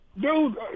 Dude